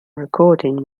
recording